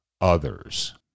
others